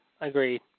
agreed